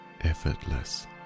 effortless